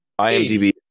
IMDb